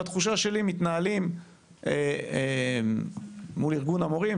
בתחושה שלי מתנהלים מול ארגון המורים,